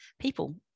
people